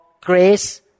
grace